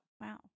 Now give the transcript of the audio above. Wow